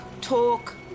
talk